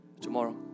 tomorrow